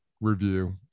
review